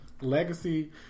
Legacy